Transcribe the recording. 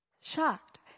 Shocked